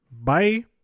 Bye